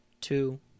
two